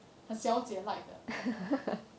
很小姐的